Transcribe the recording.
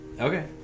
Okay